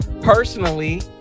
personally